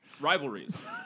Rivalries